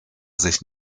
sich